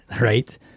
Right